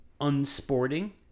unsporting